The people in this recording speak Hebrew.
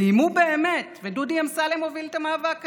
איימו באמת, ודודי אמסלם הוביל את המאבק הזה.